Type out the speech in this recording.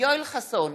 יואל חסון,